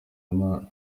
imana